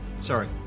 Sorry